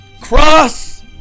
cross